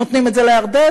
נותנים את זה לירדנים,